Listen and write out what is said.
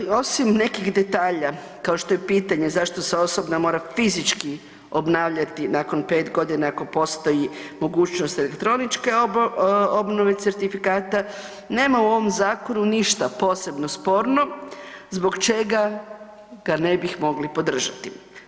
Osim nekih detalja kao što je pitanje zašto se osobna mora fizički obnavljati nakon 5 g. ako postoji mogućnost elektroničke obnove certifikata, nema u ovom zakonu ništa posebno sporno zbog čega ga ne bi mogli podržati.